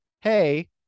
hey